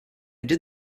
did